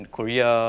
Korea